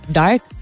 dark